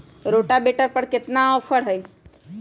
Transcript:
Rotavator पर केतना offer हव?